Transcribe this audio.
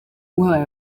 uhaye